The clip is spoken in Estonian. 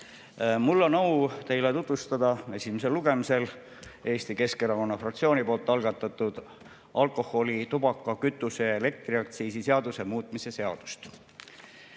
Mul on au teile tutvustada esimesel lugemisel Eesti Keskerakonna fraktsiooni algatatud alkoholi‑, tubaka‑, kütuse‑ ja elektriaktsiisi seaduse muutmise seadust.